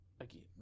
Again